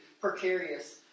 precarious